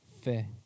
Fe